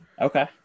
Okay